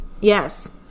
Yes